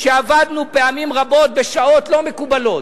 שעבדנו פעמים רבות בשעות לא מקובלות,